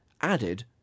added